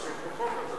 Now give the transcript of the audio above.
צריך לעסוק בחוק הזה.